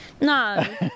No